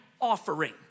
offering